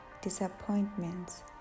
disappointments